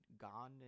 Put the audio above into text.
gone